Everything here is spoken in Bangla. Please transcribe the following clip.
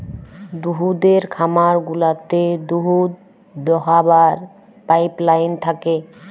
দুহুদের খামার গুলাতে দুহুদ দহাবার পাইপলাইল থ্যাকে